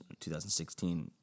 2016